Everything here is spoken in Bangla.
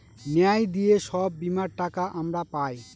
ন্যায় দিয়ে সব বীমার টাকা আমরা পায়